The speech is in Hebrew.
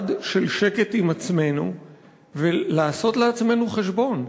של שקט עם עצמנו ולעשות עם עצמנו חשבון.